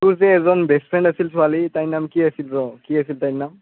তোৰ যে এজন বেষ্ট ফ্ৰেণ্ড আছিল ছোৱালী তাইৰ নাম কি আছিল ৰ কি আছিল তাইৰ নাম